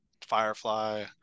firefly